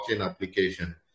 application